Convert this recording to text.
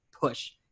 push